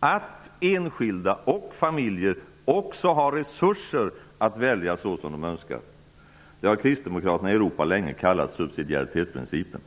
att enskilda och familjer också har resurser att välja så som de önskar. Detta har kristdemokraterna i Europa länge kallat för subsidiaritetsprincipen.